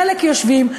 חלק יושבים,